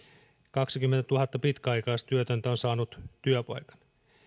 kaksikymmentätuhatta pitkäaikaistyötöntä on saanut työpaikan